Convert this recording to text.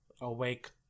awake